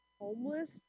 homeless